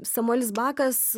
samuelis bakas